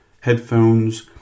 headphones